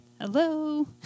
Hello